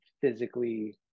physically